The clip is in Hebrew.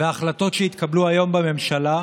וההחלטות שהתקבלו היום בממשלה,